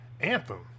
Anthem